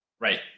Right